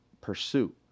pursuit